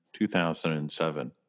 2007